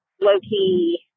low-key